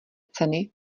ceny